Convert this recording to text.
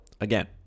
again